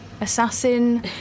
assassin